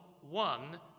one